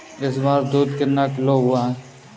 इस बार दूध कितना किलो हुआ है?